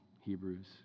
Hebrews